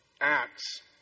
Acts